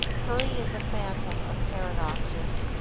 hurry is a phantom of paradoxes.